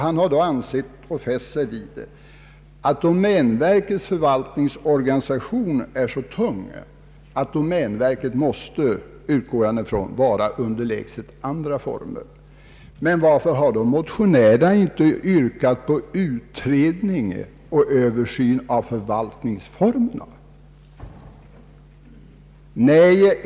Han har då fäst sig vid att domänverkets förvaltningsorganisation är så tung att domänverkets drift måste — utgår han från — vara underlägsen andra former. Men varför har då inte motionärerna yrkat på utredning och översyn av förvaltningsformerna?